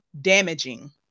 damaging